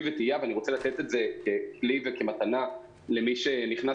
וטעייה ואני רוצה לתת את זה ככלי וכמתנה למי שנכנס